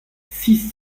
six